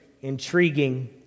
intriguing